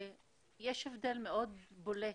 יש הבדל מאוד בולט